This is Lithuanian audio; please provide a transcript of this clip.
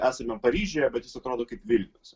esame paryžiuje bet jis atrodo kaip vilnius